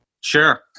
Sure